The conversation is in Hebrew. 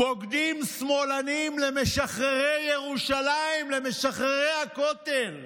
"בוגדים שמאלנים" למשחררי ירושלים, למשחררי הכותל.